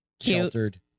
sheltered